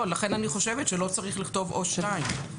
לכן אני חושבת שלא צריך לכתוב "או (2)",